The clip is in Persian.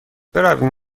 برویم